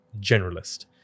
generalist